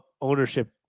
ownership